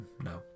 No